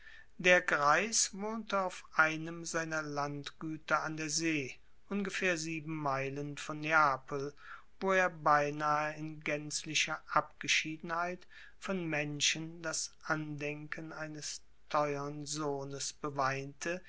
der greis wohnte auf einem seiner landgüter an der see ungefähr sieben meilen von neapel wo er beinahe in gänzlicher abgeschiedenheit von menschen das andenken eines teuern sohnes beweinte